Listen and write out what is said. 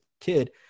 kid –